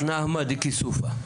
נהמא דכיסופא.